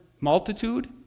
multitude